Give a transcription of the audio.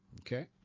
Okay